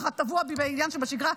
ככה טבוע בי בעניין שבשגרה,